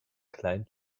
klein